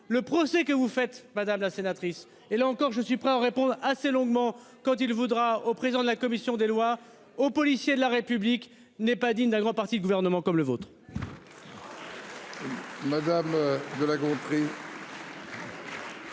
le procès que vous faites, madame la sénatrice. Et là encore, je suis prêt à répondre assez longuement quand il voudra au président de la commission des lois, aux policiers de la République n'est pas digne d'un grand parti de gouvernement comme le vôtre. Monsieur le